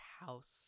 house